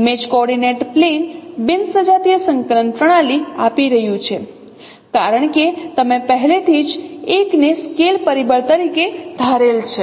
image coordinate plane બિન સજાતીય સંકલન પ્રણાલી આપી રહ્યું છે કારણ કે તમે પહેલેથી જ એક ને સ્કેલ પરિબળ તરીકે ધારેલ છે